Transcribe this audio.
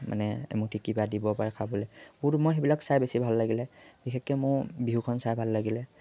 মানে এমুঠি কিবা দিব পাৰে খাবলৈ বহুতো মই সেইবিলাক চাই বেছি ভাল লাগিলে বিশেষকৈ মোৰ বিহুখন চাই ভাল লাগিলে